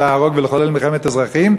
ולהרוג ולחולל מלחמת אזרחים,